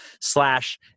slash